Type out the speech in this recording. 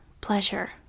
pleasure